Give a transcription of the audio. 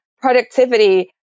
productivity